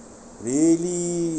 really